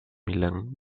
milán